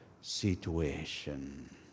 SITUATION